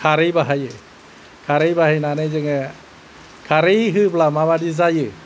खारै बाहायो खारै बाहायनानै जोङो खारै होब्ला माबादि जायो